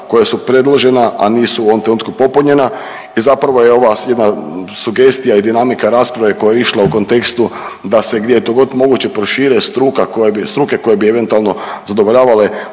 koja su predložena, a nisu u ovom trenutku popunjena i zapravo je ovo jedna sugestija i dinamika rasprave koja je išla u kontekstu da se gdje je to god moguće prošire struka koja bi, struke koje bi eventualno zadovoljavale